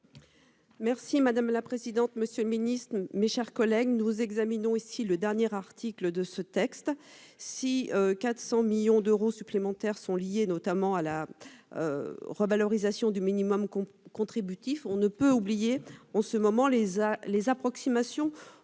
Merci madame la présidente, monsieur le ministre, mes chers collègues, nous examinons ici le dernier article de ce texte. Si 400 millions d'euros supplémentaires sont liés notamment à la. Revalorisation du minimum contributif. On ne peut oublier en ce moment les à les approximations,